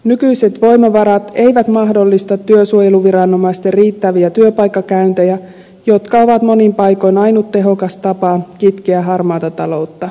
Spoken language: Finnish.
nykyiset voimavarat eivät mahdollista työsuojeluviranomaisten riittäviä työpaikkakäyntejä jotka ovat monin paikoin ainut tehokas tapa kitkeä harmaata taloutta